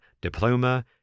Diploma